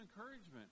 encouragement